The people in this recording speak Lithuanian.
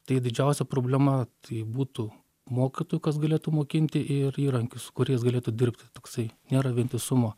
tai didžiausia problema tai būtų mokytojų kas galėtų mokinti ir įrankių su kuriais galėtų dirbti toksai nėra vientisumo